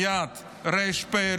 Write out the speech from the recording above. מייד ר"פ,